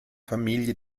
familie